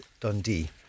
Dundee